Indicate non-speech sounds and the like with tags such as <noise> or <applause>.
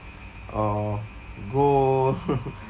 or gold <laughs>